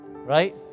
right